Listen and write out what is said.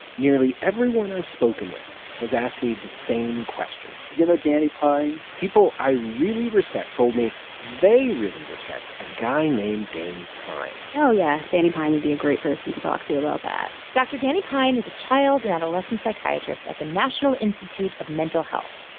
nearly everyone i've spoken with has asked me the same question you know danny pine? people i really respect told me they really respect a guy named danny pine oh yeah. danny pine would be a great person to talk to about that dr. danny pine is a child and adolescent psychiatrist at the national institute of mental health,